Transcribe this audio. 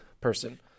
person